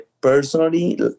Personally